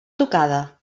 tocada